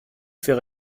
fait